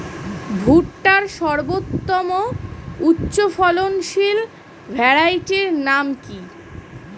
ভুট্টার সর্বোত্তম উচ্চফলনশীল ভ্যারাইটির নাম কি?